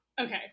okay